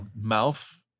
mouth